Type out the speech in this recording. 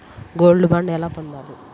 Gold bond ఎలా పొందాలి?